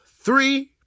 three